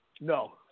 No